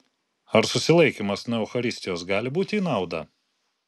ar susilaikymas nuo eucharistijos gali būti į naudą